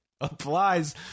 applies